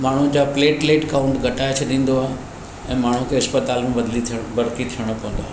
माण्हुनि जा platelet count घटाए छॾींदो आहे ऐं माण्हुनि खे इस्पिताल में बदिली थियण भर्ती थियणो पवंदो आहे